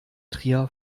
trier